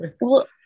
well-